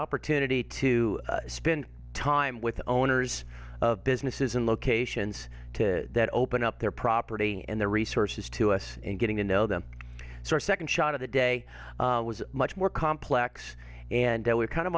opportunity to spend time with the owners of businesses and locations to open up their property and their resources to us and getting to know them so our second shot of the day was much more complex and there were kind of